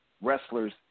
wrestlers